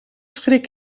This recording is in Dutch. schrik